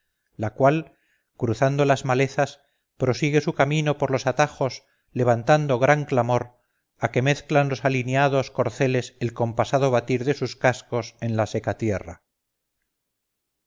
la cual cruzando las malezas prosigue su camino por los atajos levantando gran clamor a que mezclan los alineados corceles el compasado batir de sus cascos en la seca tierra